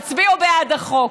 תצביעו בעד החוק.